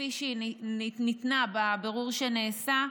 כפי שהיא ניתנה בבירור שנעשה,